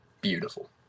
Beautiful